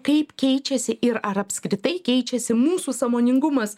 kaip keičiasi ir ar apskritai keičiasi mūsų sąmoningumas